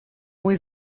muy